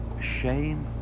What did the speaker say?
Shame